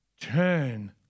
Turn